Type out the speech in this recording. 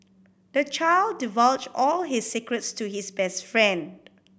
the child divulged all his secrets to his best friend